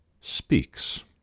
speaks